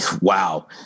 wow